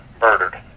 murdered